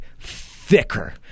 thicker